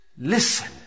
listen